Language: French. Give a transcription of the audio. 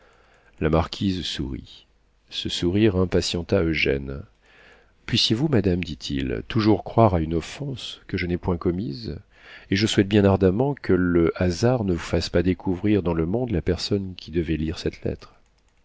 la marquise sourit ce sourire impatienta eugène puissiez-vous madame dit-il toujours croire à une offense que je n'ai point commise et je souhaite bien ardemment que le hasard ne vous fasse pas découvrir dans le monde la personne qui devait lire cette lettre